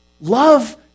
Love